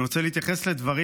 אני רוצה להתייחס לדברים